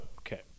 Okay